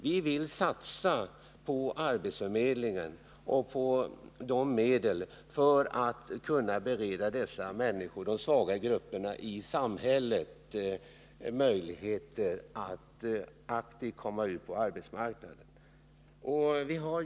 Vi vill satsa på arbetsförmedlingarna för att bereda de svaga grupperna i samhället möjlighet att aktivt komma ut på arbetsmarknaden.